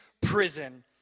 prison